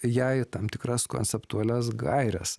jai tam tikras konceptualias gaires